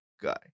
guy